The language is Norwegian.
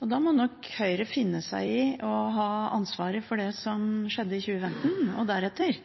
og da må nok Høyre finne seg i å ha ansvaret for det som skjedde i 2015 og deretter.